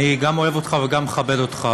אני גם אוהב אותך וגם מכבד אותך.